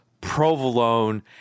provolone